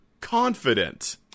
confident